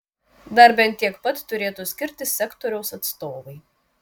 dar bent tiek pat turėtų skirti sektoriaus atstovai